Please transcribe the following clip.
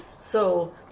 So-